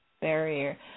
barrier